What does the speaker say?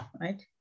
right